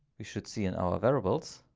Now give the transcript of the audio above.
we should see in our variables,